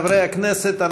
חברי הכנסת,